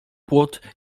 płot